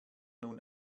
nun